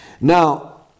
now